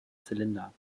zylinder